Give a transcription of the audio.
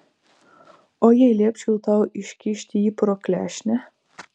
o jei liepčiau tau iškišti jį pro klešnę